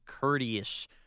courteous